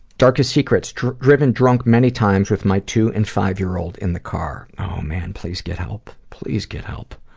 darkest secrets, driven drunk many times with my two and five year-old in the car. oh man-please get help! please get help!